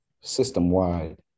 system-wide